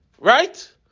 Right